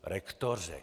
Rektoři.